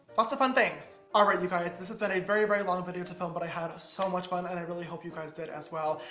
lots of fun things. all right you guys, this has been a very, very long video to film, but i had so much fun, and i really hope you guys did as well.